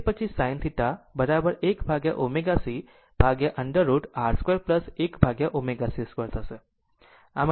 અને તે પછી sin θ 1 upon ω c √ over R 2 1 upon ω c 2 થશે